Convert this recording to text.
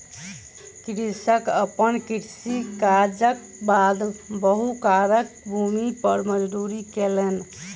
कृषक अपन कृषि काजक बाद साहूकारक भूमि पर मजदूरी केलक